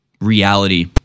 reality